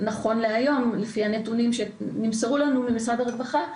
נכון להיום לפי הנתונים שנמסרו לנו על ידי משרד הרווחה,